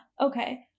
okay